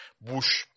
Bush